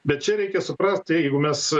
bet čia reikia suprast jeigu mes